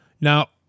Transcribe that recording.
Now